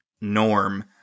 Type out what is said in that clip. Norm